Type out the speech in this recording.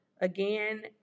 Again